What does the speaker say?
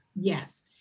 Yes